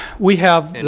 we have in